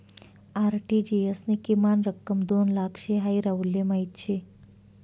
RTGS नी किमान रक्कम दोन लाख शे हाई राहुलले माहीत शे